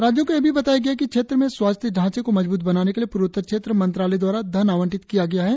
राज्यों को यह भी बताया गया कि क्षेत्र में स्वास्थ्य ढ़ांचे को मजबूत बनाने के लिए पूर्वोत्तर क्षेत्र मंत्रालय दवारा धन आवंटित किया गया है